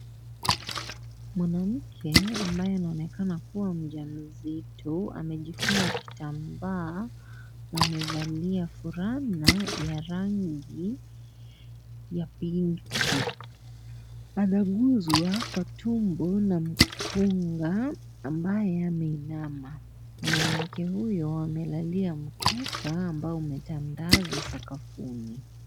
Mwanamke ambaye anaonekana kuwa mjamzito amejifunika kitambaa na amevalia fulana ya rangi ya pinki ameguzwa kwa tumbo na mkunga ambaye ameinama, mwanamke huyo amelalia mkeka ambao umetandazwa sakafuni.